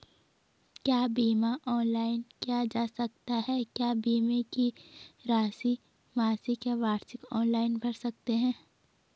क्या बीमा ऑनलाइन किया जा सकता है क्या बीमे की राशि मासिक या वार्षिक ऑनलाइन भर सकते हैं?